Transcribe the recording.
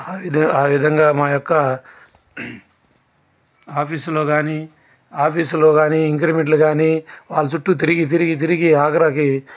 ఆ ఆవిధంగా మా యొక్క ఆఫీసులో కానీ ఆఫీసులో కానీ ఇంక్రిమెంట్లు కానీ వాళ్ళ చుట్టూ తిరిగి తిరిగి తిరిగి ఆఖరికి